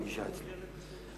בפגישה אצלו,